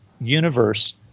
universe